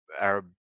Arab